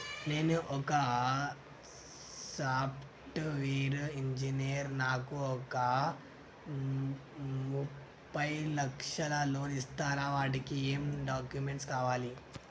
నేను ఒక software engineer నాకు ఒక ముప్పై లక్షల లోన్ ఇస్తరా? వాటికి ఏం డాక్యుమెంట్స్ కావాలి?